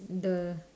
the